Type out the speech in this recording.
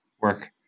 work